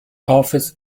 office